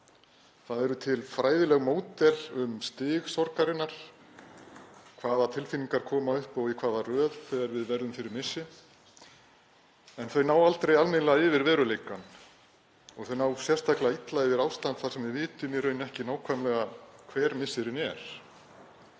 Það eru til fræðileg módel um stig sorgarinnar, hvaða tilfinningar koma upp og í hvaða röð þegar við verðum fyrir missi, en þau ná aldrei almennilega yfir veruleikann og þau ná sérstaklega illa yfir ástand þar sem við vitum í raun ekki nákvæmlega hver missirinn er.